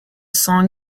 song